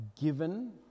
given